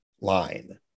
line